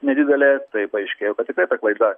nedidelė tai paaiškėjo kad tikrai ta klaida